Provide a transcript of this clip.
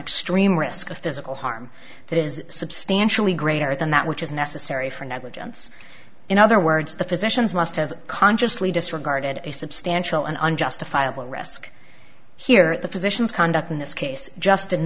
extreme risk of physical harm that is substantially greater than that which is necessary for negligence in other words the physicians must have consciously disregarded a substantial and unjustifiable risk here at the physician's conduct in this case just